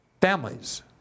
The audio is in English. families